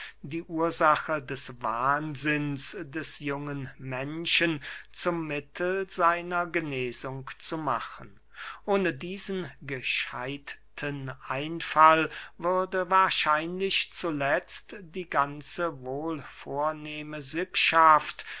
die ursache des wahnsinns des jungen menschen zum mittel seiner genesung zu machen ohne diesen gescheidten einfall würde wahrscheinlich zuletzt die ganze wohlvornehme sippschaft